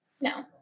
No